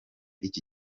iki